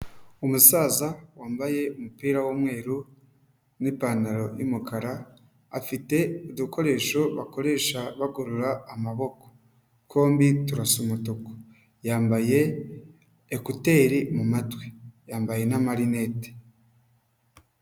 Umusaza wambaye umupira w’umweru n’ipantaro y’umukara afite udukoresho bakoresha bagorora amaboko ,twombi turasa umutuku yambaye ekuteri mumatwi yambaye n’amarineti.